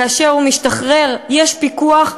כאשר הוא משתחרר יש פיקוח,